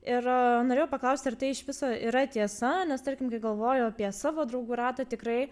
ir norėjau paklausti ar tai iš viso yra tiesa nes tarkim kai galvoju apie savo draugų ratą tikrai